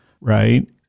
right